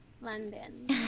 London